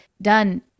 done